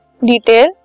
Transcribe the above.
detail